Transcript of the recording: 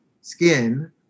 skin